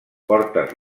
portes